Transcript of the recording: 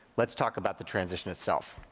let's talk about the transition itself.